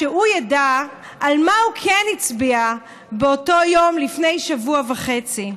שהוא ידע על מה הוא כן הצביע באותו יום לפני שבוע וחצי.